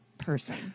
person